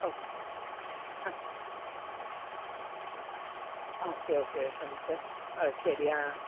ഓ ആ okay okay okay മിസ്സെ ഓ ശരി ആ